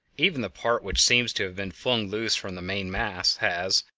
even the part which seems to have been flung loose from the main mass has,